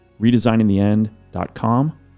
redesigningtheend.com